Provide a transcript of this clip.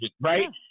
right